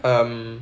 um